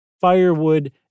firewood